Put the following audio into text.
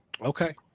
Okay